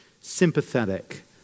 sympathetic